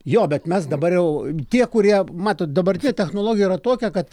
jo bet mes dabar jau tie kurie matot dabartinė technologija yra tokia kad